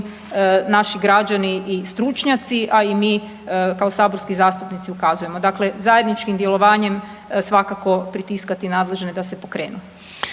naši građani, i stručnjaci, a i mi kao saborski zastupnici ukazujemo. Dakle, zajedničkim djelovanjem svakako pritiskati nadležne da se pokrenu.